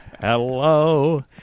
hello